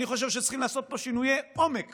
אני חושב שצריכים לעשות פה שינויי עומק